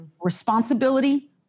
responsibility